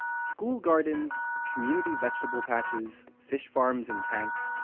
school gardens, community vegetable patches, fish farms in tanks.